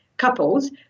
couples